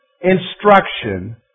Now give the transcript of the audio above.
instruction